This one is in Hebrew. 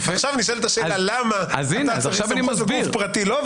עכשיו נשאלת השאלה למה אתה צריך סמכות וגוף פרטי לא,